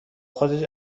خودش